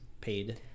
paid